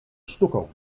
sztuką